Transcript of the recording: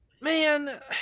man